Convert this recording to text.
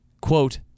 quote